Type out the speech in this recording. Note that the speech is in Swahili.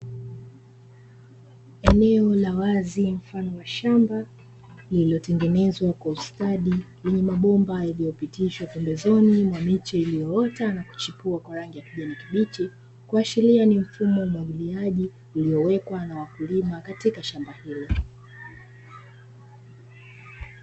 Eneo la wazi mfano wa shamba, lililotengenezwa kwa ustadi, lenye mabomba yaliyopitishwa pembezoni mwa miche iliyoota na kuchipua kwa rangi ya kijani kibichi, kuashiria ni mfumo umwagiliaji uliowekwa na wakulima katika shamba hilo.